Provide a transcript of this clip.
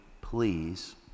please